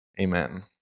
Amen